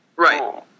Right